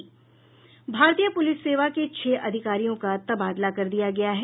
भारतीय पूलिस सेवा के छह अधिकारियों का तबादला कर दिया गया है